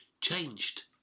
changed